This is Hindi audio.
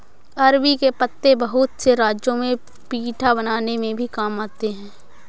अरबी के पत्ते बहुत से राज्यों में पीठा बनाने में भी काम आते हैं